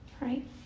Right